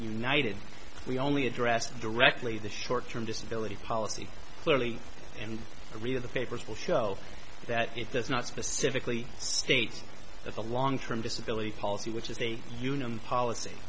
united we only address directly the short term disability policy clearly and read of the papers will show that it does not specifically state that the long term disability policy which is a union policy